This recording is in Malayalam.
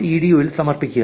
ഇഡിയു ൽ സമർപ്പിക്കുക